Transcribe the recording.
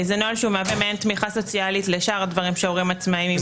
זה נוהל שמשמש מעין תמיכה סוציאלית להורים עצמאיים.